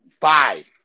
five